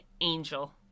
angel